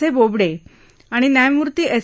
ए बोबडे आणि न्यायमूर्ती एस